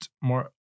more